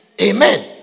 Amen